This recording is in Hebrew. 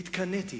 והתקנאתי,